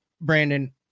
Brandon